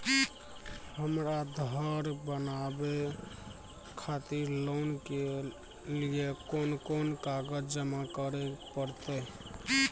हमरा धर बनावे खातिर लोन के लिए कोन कौन कागज जमा करे परतै?